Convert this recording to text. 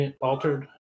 altered